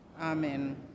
Amen